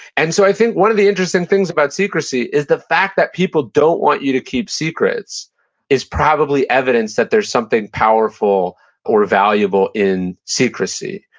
and so i think one of the interesting things about secrecy is the fact that people don't want you to keep secrets is probably evidence that there's something powerful or valuable in secrecy.